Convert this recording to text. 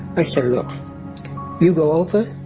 i said, look you go over,